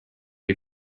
you